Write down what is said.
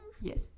Yes